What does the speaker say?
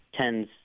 tens